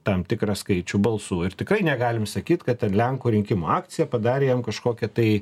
tam tikrą skaičių balsų ir tikrai negalim sakyt kad ten lenkų rinkimų akcija padarė jam kažkokią tai